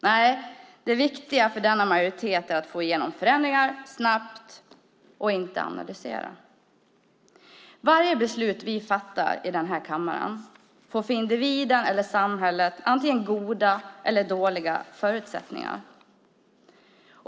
Nej, det viktiga för denna majoritet är att snabbt få igenom förändringar och att inte analysera. Varje beslut vi fattar i denna kammare ger för individen och samhället antingen goda eller dåliga förutsättningar.